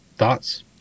thoughts